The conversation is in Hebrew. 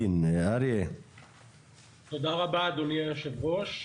תודה רבה אדוני יושב הראש.